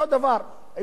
היו שואלים אותם.